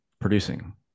producing